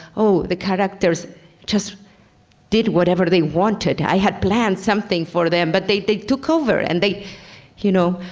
oh, the characters just did whatever they wanted. i had planned something for them but they they took over and they you know,